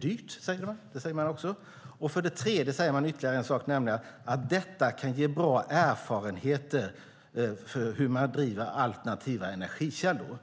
dyrt, och dessutom säger man att detta kan ge bra erfarenheter när det gäller hur man driver alternativa energikällor.